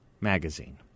magazine